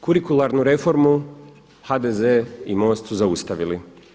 Kurikularnu reformu HDZ i MOST su zaustavili.